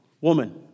woman